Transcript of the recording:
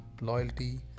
loyalty